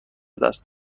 دست